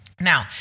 Now